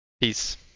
Peace